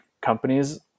companies